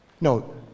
No